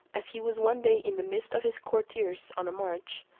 as he was one day in the midst of his courtiers on a march,